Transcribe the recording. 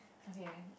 okay